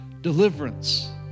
deliverance